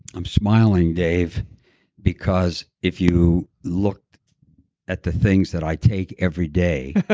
i'm smiling dave because if you look at the things that i take every day